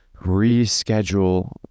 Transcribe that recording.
reschedule